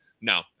no